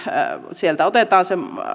sieltä otetaan